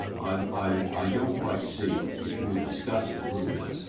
but i'm i i don't quite see, if you would discuss it a little bit,